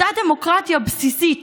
אותה דמוקרטיה בסיסית